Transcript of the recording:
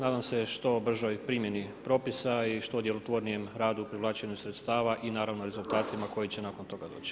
Nadam se što bržoj primjeni propisa i što djelotvornijem radu u privlačenju sredstava i naravno rezultatima koji će nakon toga doći.